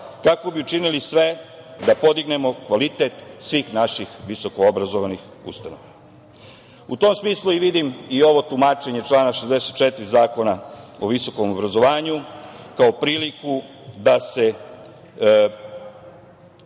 kako bu učinili sve da podignemo kvalitet svih naših visokoobrazovnih ustanova.U tom smislu i vidim i ovo tumačenje člana 64. Zakona o visokom obrazovanju kao priliku da se